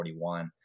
41